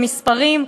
במספרים,